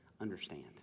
understand